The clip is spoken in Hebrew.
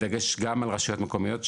בדגש גם על רשויות מקומיות,